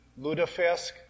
Ludafisk